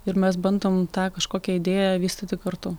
ir mes bandom tą kažkokią idėją vystyti kartu